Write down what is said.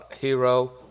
hero